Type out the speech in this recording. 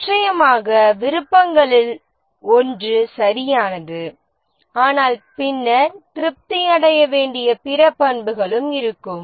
நிச்சயமாக விருப்பங்களில் ஒன்று சரியானது ஆனால் பின்னர் திருப்தி அடைய வேண்டிய பிற பண்புகளும் இருக்கும்